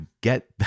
get